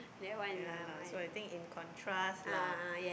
ya lah so I think in contrast lah